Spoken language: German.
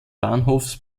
bahnhofes